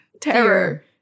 Terror